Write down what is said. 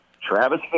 Travis